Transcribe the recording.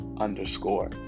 underscore